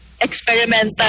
experimental